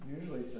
usually